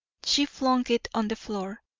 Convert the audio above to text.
she flung it on the floor.